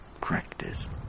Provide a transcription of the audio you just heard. practice